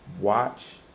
watch